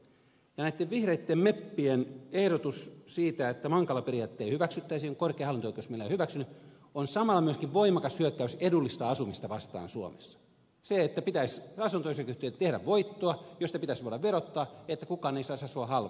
ja näitten vihreitten meppien ehdotus siitä että mankala periaatetta ei hyväksyttäisi korkein hallinto oikeus meillä on jo hyväksynyt on samalla myös voimakas hyökkäys edullista asumista vastaan suomessa se että pitäisi asunto osakeyhtiöiden tehdä voittoa josta pitäisi voida verottaa että kukaan ei saisi asua halvalla